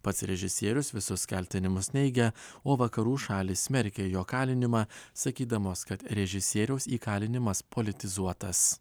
pats režisierius visus kaltinimus neigia o vakarų šalys smerkia jo kalinimą sakydamos kad režisieriaus įkalinimas politizuotas